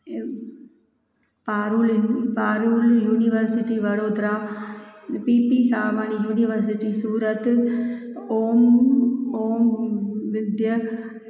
ऐं Parul Parul university Vadodara P P Savani university Surat Om Om विद्या